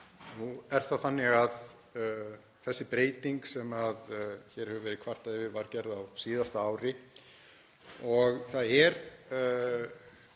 Nú er það þannig að sú breyting sem hér hefur verið kvartað yfir var gerð á síðasta ári og það er